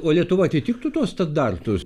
o lietuva atitiktų tuos standartus